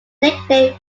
nickname